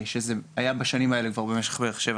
שזה היה בשנים האלה כבר במשך בערך שבע